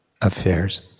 affairs